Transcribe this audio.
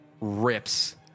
rips